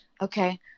Okay